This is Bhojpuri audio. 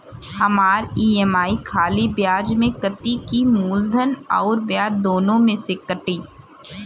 हमार ई.एम.आई खाली ब्याज में कती की मूलधन अउर ब्याज दोनों में से कटी?